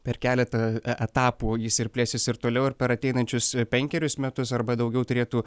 per keletą e etapų jis ir plėsis ir toliau ir per ateinančius penkerius metus arba daugiau turėtų